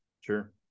Sure